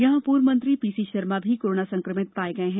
यहां पूर्व मंत्री पीसी शर्मा भी कोरोना संक्रमित पाए गये हैं